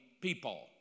people